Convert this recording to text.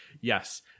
Yes